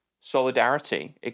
solidarity